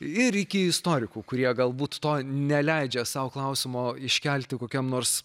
ir iki istorikų kurie galbūt to neleidžia sau klausimo iškelti kokiam nors